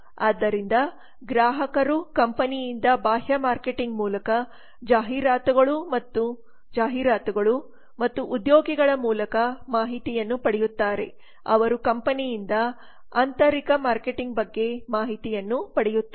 ಆದ್ದರಿಂದ ಗ್ರಾಹಕರು ಕಂಪನಿಯಿಂದ ಬಾಹ್ಯ ಮಾರ್ಕೆಟಿಂಗ್ ಮೂಲಕ ಜಾಹೀರಾತುಗಳು ಮತ್ತು ಉದ್ಯೋಗಿಗಳ ಮೂಲಕ ಮಾಹಿತಿಯನ್ನು ಪಡೆಯುತ್ತಾರೆ ಅವರು ಕಂಪನಿಯಿಂದ ಆಂತರಿಕ ಮಾರ್ಕೆಟಿಂಗ್ ಬಗ್ಗೆ ಮಾಹಿತಿಯನ್ನು ಪಡೆಯುತ್ತಾರೆ